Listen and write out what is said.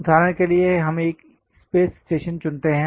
उदाहरण के लिए हम एक स्पेस स्टेशन चुनते हैं